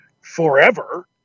forever